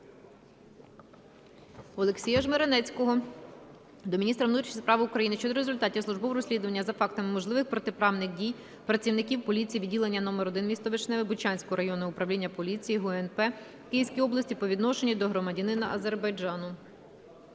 Олексія Жмеренецького до міністра внутрішніх справ України щодо результатів службового розслідування за фактом можливих протиправних дій працівників поліції відділення номер 1 (місто Вишневе) Бучанського районного управління поліції ГУНП в Київській області по відношенню до громадянина Азербайджану.